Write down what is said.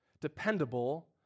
dependable